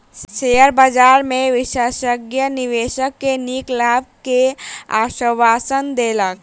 share बजार में विशेषज्ञ निवेशक के नीक लाभ के आश्वासन देलक